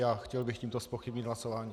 A chtěl bych tímto zpochybnit hlasování.